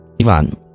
Ivan